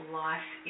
life